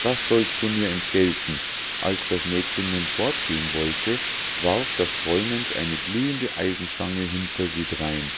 das sollst du mir entgelten als das mädchen nun fortgehen wollte warf das trollmensch eine glühende eisenstange hinter sie drein